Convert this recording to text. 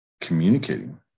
communicating